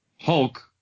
Hulk